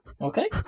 Okay